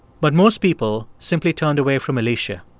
but most people simply turned away from alicia.